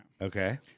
Okay